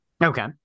Okay